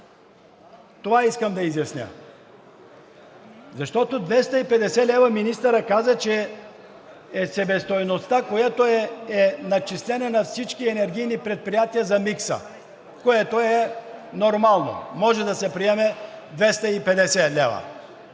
Това искам да изясня. Защото 250 лв. министърът каза, че е себестойността, която е начислена на всички енергийни предприятия за микса, което е нормално – може да се приеме 250 лв.